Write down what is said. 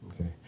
okay